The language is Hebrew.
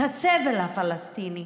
את הסבל הפלסטיני,